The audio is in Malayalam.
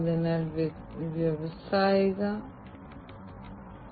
അതിനാൽ ഇപ്പോൾ കൺട്രോൾ വ്യൂ നോക്കുന്നു